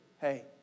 Hey